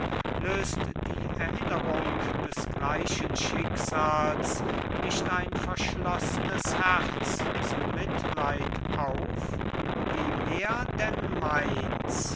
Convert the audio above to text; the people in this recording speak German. lös't die erinnerung des gleichen schicksals nicht ein verschloss'nes herz zum mitleid auf wie mehr denn meins